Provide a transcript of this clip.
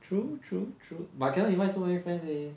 true true true but cannot invite so many friends leh